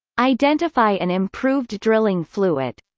identify an improved drilling fluid